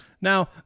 Now